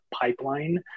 pipeline